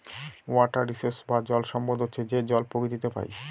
water resource বা জল সম্পদ হচ্ছে যে জল প্রকৃতিতে পাই